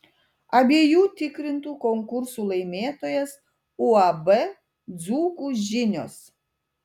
abiejų tikrintų konkursų laimėtojas uab dzūkų žinios